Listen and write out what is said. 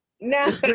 no